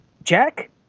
Jack